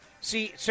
See